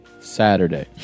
Saturday